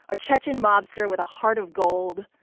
a chechen mobster with a heart of gold.